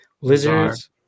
lizards